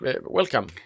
welcome